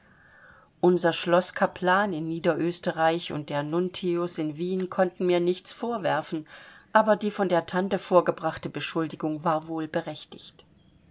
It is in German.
unser schloßkaplan in niederösterreich und der nuntius in wien konnten mir nichts vorwerfen aber die von der tante vorgebrachte beschuldigung war wohl berechtigt